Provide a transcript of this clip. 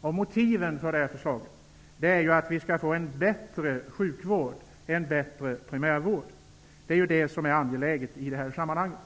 och motiven för detta förslag är ju att sjukvården skall bli bättre genom en bättre primärvård. Detta är det angelägna i det här sammanhanget.